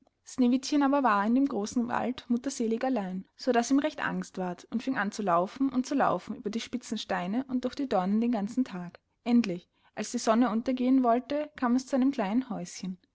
sneewittchen aber war in dem großen wald mutterseelig allein so daß ihm recht angst ward und fing an zu laufen und zu laufen über die spitzen steine und durch die dornen den ganzen tag endlich als die sonne untergehen wollte kam es zu einem kleinen häuschen